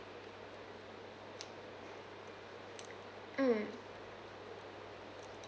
mm